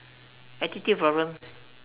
attitude problem